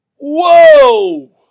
Whoa